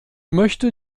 möchte